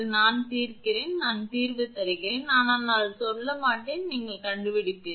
நான் தீர்க்கிறேன் நான் தீர்வு தருகிறேன் ஆனால் நான் சொல்ல மாட்டேன் நீங்கள் கண்டுபிடிப்பீர்கள்